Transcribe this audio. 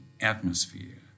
atmosphere